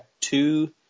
two